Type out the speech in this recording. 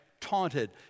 taunted